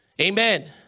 Amen